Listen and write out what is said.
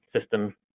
System